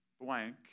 blank